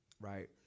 right